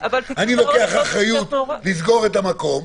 אני לוקח אחריות לסגור את המקום.